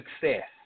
success